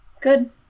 Good